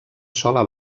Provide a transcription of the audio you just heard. sola